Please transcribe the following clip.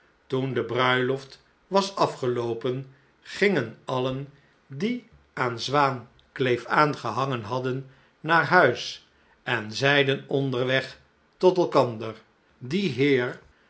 toen de bruiloft was afgeloopen gingen allen die aan zwaan kleef aan gehangen hadden naar huis en zeiden onderweg tot elkander die heer